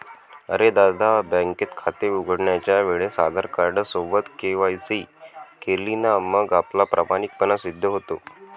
अरे दादा, बँकेत खाते उघडण्याच्या वेळेस आधार कार्ड सोबत के.वाय.सी केली ना मग आपला प्रामाणिकपणा सिद्ध होतो